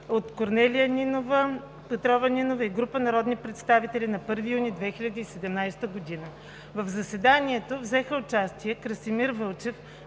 от Корнелия Петрова Нинова и група народни представители на 1 юни 2017 г. В заседанието взеха участие: Красимир Вълчев